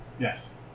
Yes